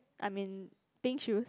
I'm in pink shoes